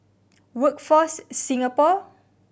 Workforce Singapore